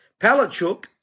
Palachuk